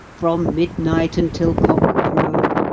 from midnight until cock-crow,